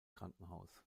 krankenhaus